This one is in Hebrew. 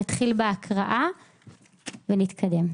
נתחיל בהקראה ונתקדם.